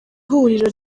huriro